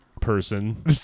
person